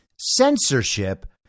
censorship